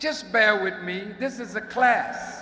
just bear with me this is a class